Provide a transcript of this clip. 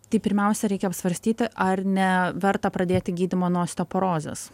tai pirmiausia reikia apsvarstyti ar ne verta pradėti gydymo nuo osteoporozės